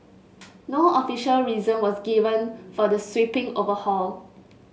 no official reason was given for the sweeping overhaul